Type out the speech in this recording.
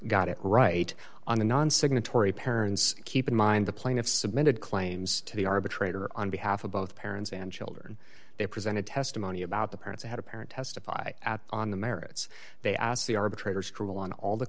got it right on the non signatory parents keep in mind the plaintiffs submitted claims to the arbitrator on behalf of both parents and children they presented testimony about the parents had a parent testify on the merits they a